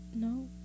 No